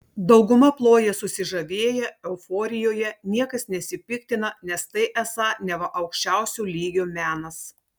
dauguma ploja susižavėję euforijoje niekas nesipiktina nes tai esą neva aukščiausio lygio menas